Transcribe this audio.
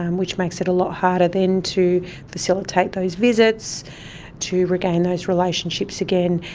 um which makes it a lot harder then to facilitate those visits to regain those relationships again,